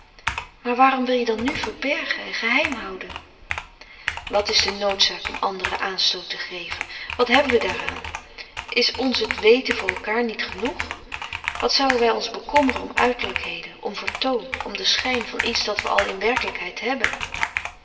maar waarom wil je dan nu verbergen en geheimhouden wat is de noodzaak om anderen aanstoot te geven wat hebben we daaran is ons t weten voor elkaar niet genoeg wat zouën wij ons bekommeren om uiterlijkheden om vertoon om den schijn van iets dat we al in werkelijkheid hebbe